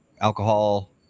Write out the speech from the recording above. alcohol